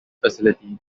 facility